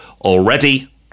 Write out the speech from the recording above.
already